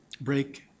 break